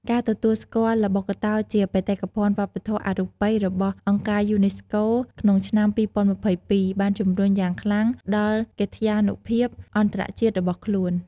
ការទទួលស្គាល់ល្បុក្កតោជាបេតិកភណ្ឌវប្បធម៌អរូបីរបស់អង្គការយូណេស្កូក្នុងឆ្នាំ២០២២ បានជំរុញយ៉ាងខ្លាំងដល់កិត្យានុភាពអន្តរជាតិរបស់ខ្លួន។